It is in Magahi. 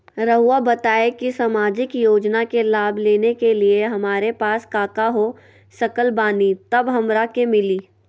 रहुआ बताएं कि सामाजिक योजना के लाभ लेने के लिए हमारे पास काका हो सकल बानी तब हमरा के मिली?